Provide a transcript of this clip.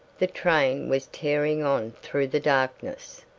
the train was tearing on through the darkness.